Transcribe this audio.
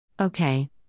Okay